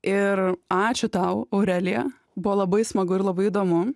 ir ačiū tau aurelija buvo labai smagu ir labai įdomu